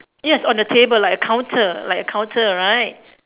yes on the table like a counter like a counter right